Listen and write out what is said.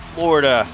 Florida